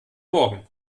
morgen